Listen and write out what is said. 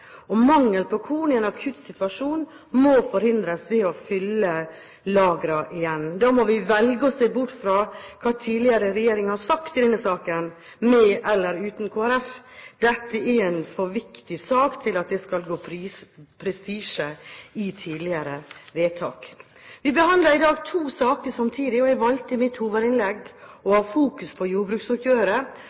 Mangel på korn i en akutt situasjon må forhindres ved å fylle lagrene igjen. Da må vi velge å se bort fra hva tidligere regjeringer har sagt i denne saken, med eller uten Kristelig Folkeparti. Dette er en for viktig sak til at det skal gå prestisje i tidligere vedtak. Vi behandler i dag to saker samtidig. Jeg valgte i mitt hovedinnlegg å ha fokus på jordbruksoppgjøret.